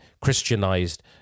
Christianized